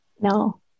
No